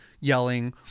yelling